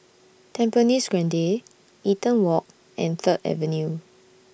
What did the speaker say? Tampines Grande Eaton Walk and Third Avenue